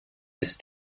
ist